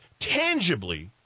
tangibly